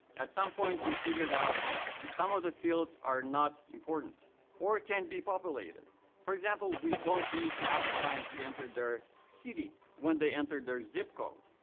at some point, we figured out some of the fields are not important or can be populated for example, we don't need to ask clients to enter their city when they enter their zip code.